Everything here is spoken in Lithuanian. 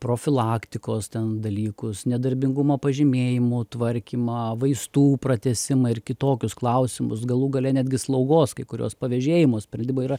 profilaktikos ten dalykus nedarbingumo pažymėjimų tvarkymą vaistų pratęsimą ir kitokius klausimus galų gale netgi slaugos kai kuriuos pavėžėjimo sprendimai yra